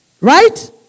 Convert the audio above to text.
right